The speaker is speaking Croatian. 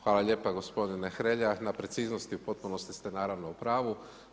Hvala lijepo gospodine Hrelja, na preciznosti u potpunosti ste naravno u pravu.